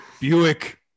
Buick